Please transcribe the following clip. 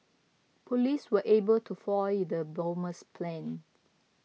police were able to foil the bomber's plans